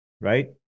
Right